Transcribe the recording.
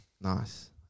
Nice